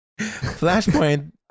Flashpoint